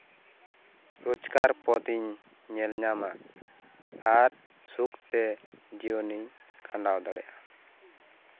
ᱨᱳᱡᱠᱟᱨ ᱯᱚᱛᱤᱧ ᱧᱮᱞᱧᱟᱢᱟ ᱟᱨ ᱥᱩᱠᱛᱮ ᱡᱤᱭᱚᱱᱤᱧ ᱠᱷᱟᱸᱰᱟᱣ ᱫᱟᱲᱮᱭᱟᱜᱼᱟ